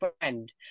friend